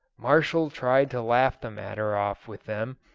marshall tried to laugh the matter off with them,